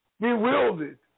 bewildered